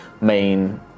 main